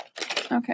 Okay